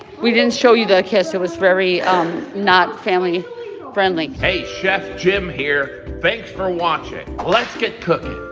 we didn't show you the kiss. it was very not family friendly. hey, chef jim here. thanks for watching let's get cookin'.